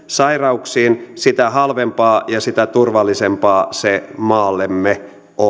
sairauksiin sitä halvempaa ja sitä turvallisempaa se maallemme on